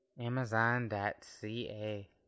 Amazon.ca